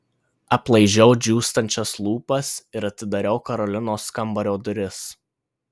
aplaižiau džiūstančias lūpas ir atidariau karolinos kambario duris